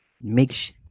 makes